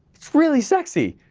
it's really sexy,